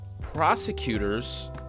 prosecutors